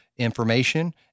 information